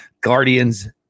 Guardians